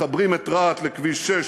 מחברים את רהט לכביש 6,